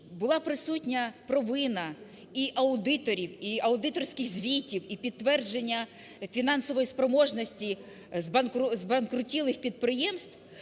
була присутня провина і аудиторів, і аудиторських звітів, і підтвердження фінансової спроможності збанкрутілих підприємств,